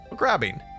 grabbing